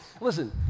listen